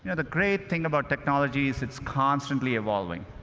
the great thing about technology is it's constantly evolving.